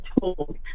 told